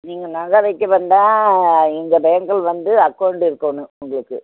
நீங்கள் நகை வக்க வந்தா எங்கள் பேங்கில் வந்து அக்கவுண்டு இருக்கணும் உங்களுக்கு